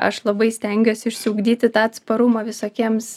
aš labai stengiuosi išsiugdyti tą atsparumą visokiems